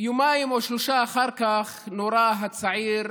יומיים או שלושה אחר כך נורה הצעיר